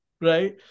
right